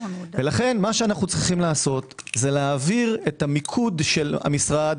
לכן מה שאנו צריכים לעשות להעביר את מיקוד המשרד,